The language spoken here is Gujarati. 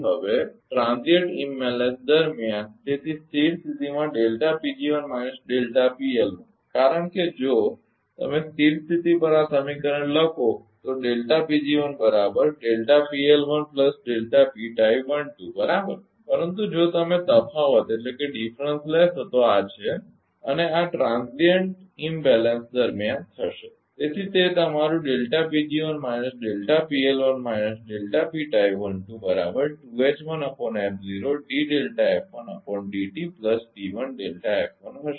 હવે તેથી ક્ષણિક અસંતુલન દરમ્યાન તેથી સ્થિર સ્થિતિમાં કારણ કે જો તમે સ્થિર સ્થિતિ પર આ સમીકરણ લખો તો બરાબર પરંતુ જો તમે તફાવત લેશો તો આ છે અને આ ક્ષણિક અસંતુલન દરમિયાન થશે